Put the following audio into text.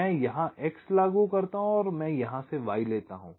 मैं यहां X लागू करता हूं और मैं यहां से Y लेता हूं